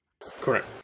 Correct